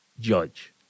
judge